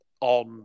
on